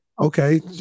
Okay